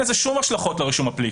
לזה שום השלכות לגבי הרישום הפלילי.